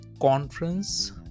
conference